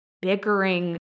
bickering